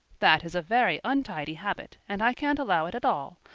that is a very untidy habit, and i can't allow it at all.